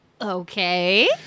Okay